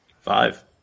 Five